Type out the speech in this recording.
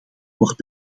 wordt